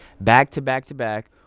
back-to-back-to-back